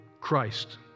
Christ